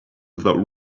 without